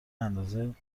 اندازه